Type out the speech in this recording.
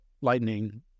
Lightning